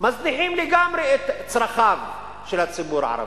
מזניחים לגמרי את צרכיו של הציבור הערבי,